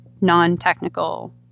non-technical